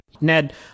ned